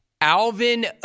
Alvin